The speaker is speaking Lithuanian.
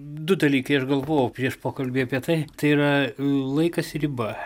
du dalykai aš galvojau prieš pokalbį apie tai tai yra laikas riba